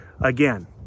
again